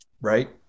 Right